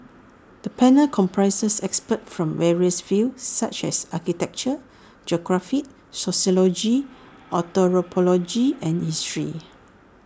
the panel comprises experts from various fields such as architecture geography sociology anthropology and history